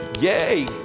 yay